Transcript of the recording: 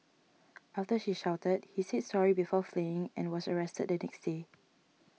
after she shouted he said sorry before fleeing and was arrested the next day